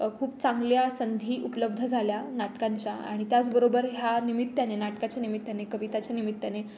खूप चांगल्या संधी उपलब्ध झाल्या नाटकांच्या आणि त्याचबरोबर ह्या निमित्ताने नाटकाच्या निमित्त्याने कविताच्या निमित्ताने